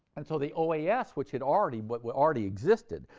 and, so, the oas, which had already but but already existed,